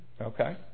Okay